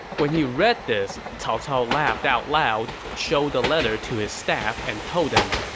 when he read this, cao cao laughed out loud, showed the letter to his staff, and told them,